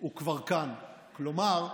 הוא כבר כאן, כלומר,